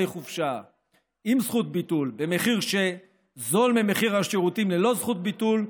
חופשה עם זכות ביטול במחיר זול ממחיר השירותים ללא זכות ביטול,